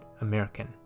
American